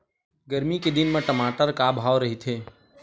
गरमी के दिन म टमाटर का भाव रहिथे?